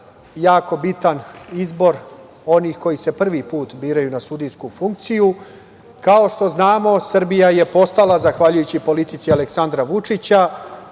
jako bitan izbor onih koji se prvi put biraju na sudijsku funkciju. Kao što znamo, Srbija je postala, zahvaljujući politici Aleksandra Vučića,